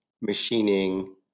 machining